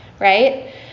right